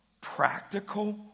practical